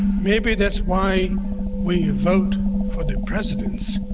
maybe that's why we vote for the presidents.